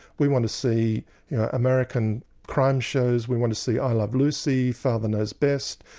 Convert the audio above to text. we want to see american prime shows, we want to see i love lucy, father knows best,